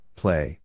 play